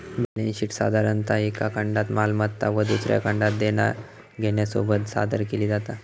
balance शीटसाधारणतः एका खंडात मालमत्ता व दुसऱ्या खंडात देना घेण्यासोबत सादर केली जाता